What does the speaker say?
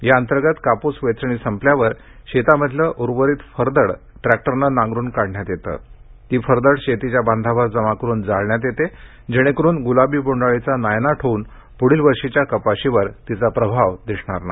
या अंतर्गत कापूस वेचणी संपल्यावर शेतामधील उर्वरित फरदड ट्रॅक्टरनं नांगरून काढण्यात येते ती फरदड शेतीच्या बांधावर जमा करून जाळण्यात येते जेणेकरून ग्लाबी बोन्ड अळीचा नायनाट होऊन पुढील वर्षीच्या कपाशीवर तिचा प्रभाव दिसणार नाही